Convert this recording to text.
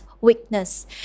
weakness